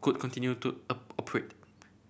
could continue to operate